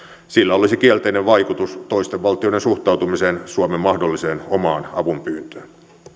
sillä olisi kielteinen vaikutus toisten valtioiden suhtautumiseen suomen mahdolliseen omaan avunpyyntöön